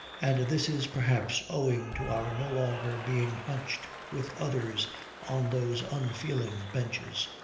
and this is perhaps owing to our no longer being hunched with others on those unfeeling benches.